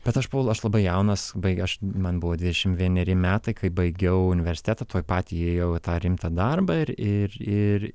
bet aš buvau aš labai jaunas baigia aš man buvo dvidešim vieneri metai kai baigiau universitetą tuoj pat įėjau tą rimtą darbą ir ir